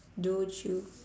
joe chew